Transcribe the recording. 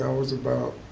ah was about